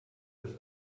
das